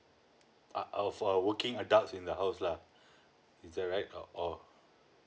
ah uh for working a adults in the house ah is that right uh or